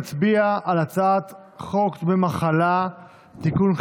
נצביע על הצעת חוק דמי מחלה (תיקון,